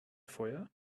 feuer